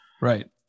Right